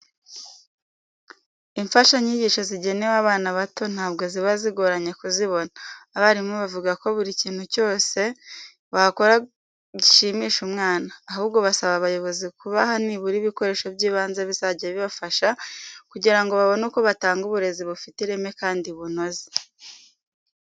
Imfashanyigisho zigenewe abana ntabwo ziba zigoranye kuzibona. Abarimu bavuga ko buri kintu cyose wakora gishimisha umwana. Ahubwo basaba abayobozi kubaha nibura ibikoresho by'ibanze bizajya bibafasha kugira ngo babone uko batanga uburezi bufite ireme kandi bunoze.